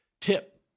tip